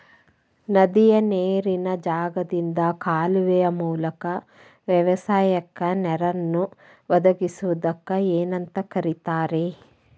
ನದಿಯ ನೇರಿನ ಜಾಗದಿಂದ ಕಾಲುವೆಯ ಮೂಲಕ ವ್ಯವಸಾಯಕ್ಕ ನೇರನ್ನು ಒದಗಿಸುವುದಕ್ಕ ಏನಂತ ಕರಿತಾರೇ?